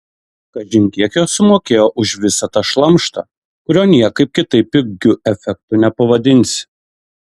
kažin kiek jos sumokėjo už visą tą šlamštą kurio niekaip kitaip kaip pigiu efektu nepavadinsi